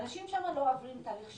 אנשים שם לא עוברים תהליך שיקום.